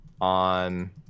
on –